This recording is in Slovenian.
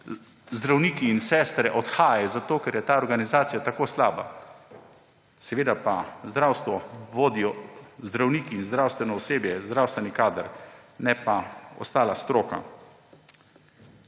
zdravniki in sestre odhajajo, ker je ta organizacija tako slaba. Seveda pa zdravstvo vodijo zdravniki in zdravstveno osebje, zdravstveni kader, ne pa ostala stroka.